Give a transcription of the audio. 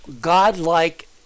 godlike